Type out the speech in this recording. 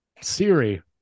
siri